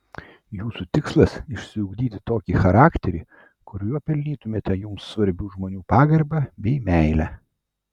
jūsų tikslas išsiugdyti tokį charakterį kuriuo pelnytumėte jums svarbių žmonių pagarbą bei meilę